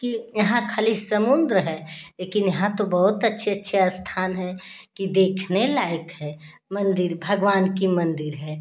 कि यहाँ खाली समुंद्र है लेकिन यहाँ तो बहुत अच्छे अच्छे स्थान हैं कि देखने लायक है मंदिर भगवान कि मंदिर है